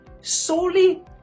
solely